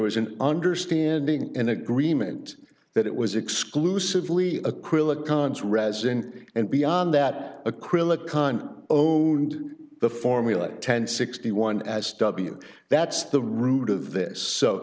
was an understanding and agreement that it was exclusively acrylic khans resin and beyond that acrylic on zero and the formula ten sixty one as w that's the root of this